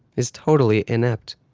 is totally inept.